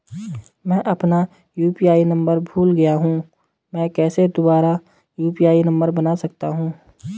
मैं अपना UPI number भूल गया हूँ मैं कैसे दूसरा यु.पी.आई नम्बर बना सकता हूँ?